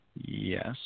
yes